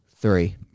three